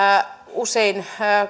usein